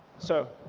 so